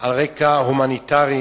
על רקע הומניטרי.